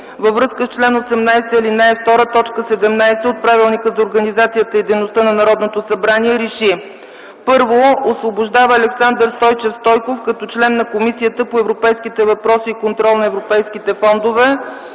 във връзка с чл. 18, ал. 2, т. 17 от Правилника за организацията и дейността на Народното събрание РЕШИ: 1. Освобождава Александър Стойчев Стойков като член на Комисията по европейските въпроси и контрол на европейските фондове.